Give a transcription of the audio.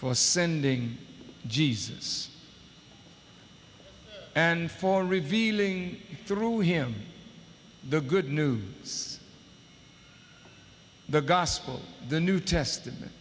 for ascending jesus and for revealing through him the good news the gospel the new testament